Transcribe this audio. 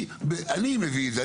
אני מביא את זה,